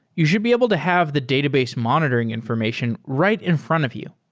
you should be able to have the database monitoring information right in front of you.